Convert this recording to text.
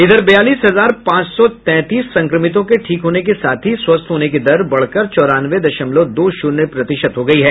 इधर बयालीस हजार पांच सौ तैंतीस संक्रमितों के ठीक होने के साथ ही स्वस्थ होने की दर बढ़कर चौरानवे दशमलव दो शून्य प्रतिशत हो गई है